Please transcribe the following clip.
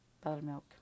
Buttermilk